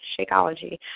Shakeology